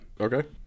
Okay